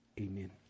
Amen